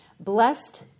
Blessed